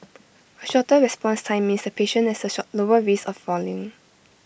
A shorter response time means the patient has A lower risk of falling